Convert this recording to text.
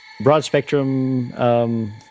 broad-spectrum